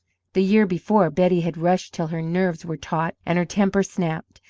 the year before, betty had rushed till her nerves were taut and her temper snapped,